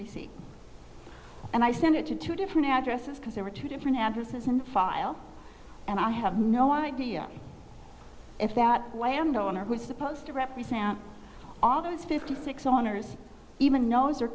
receipt and i sent it to two different addresses because there were two different addresses and file and i have no idea if that landowner was supposed to represent all those fifty six owners even knows or